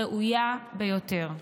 ראויה ביותר.